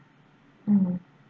mm